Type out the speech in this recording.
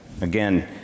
Again